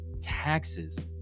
taxes